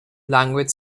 language